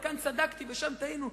וכאן צדקתי ושם טעינו,